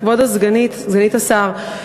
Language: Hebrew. כבוד סגנית השר,